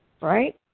right